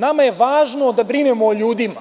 Nama je važno da brinemo o ljudima,